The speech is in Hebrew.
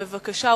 בבקשה,